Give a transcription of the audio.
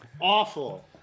Awful